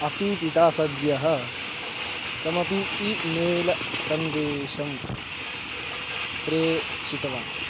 अपि पिता सद्यः कमपि ई मेल् सन्देशं प्रेषितवान्